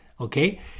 okay